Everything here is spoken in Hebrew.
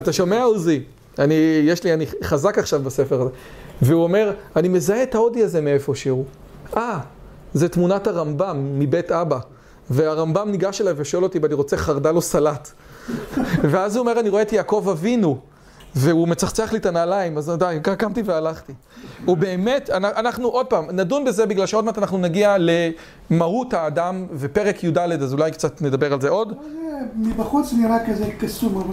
אתה שומע, עוזי? אני יש לי, אני חזק עכשיו בספר הזה. והוא אומר, אני מזהה את ההודי הזה מאיפה שהו. אה, זה תמונת הרמב״ם מבית אבא. והרמב״ם ניגש אליי ושואל אותי, אם אני רוצה חרדל או סלט. ואז הוא אומר, אני רואה את יעקב אבינו. והוא מצחצח לי את הנעליים, אז עדיין, קמתי והלכתי. הוא באמת, אנחנו עוד פעם, נדון בזה בגלל שעוד מטה אנחנו נגיע למהות האדם ופרק יוד דלת, אז אולי קצת נדבר על זה עוד. זה מבחוץ שנראה כזה קסום.